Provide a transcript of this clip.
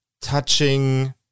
touching